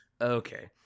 Okay